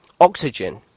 oxygen